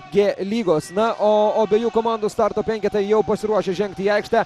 g lygos na o abiejų komandų starto penketai jau pasiruošę žengti į aikštę